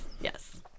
Yes